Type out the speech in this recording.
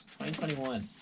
2021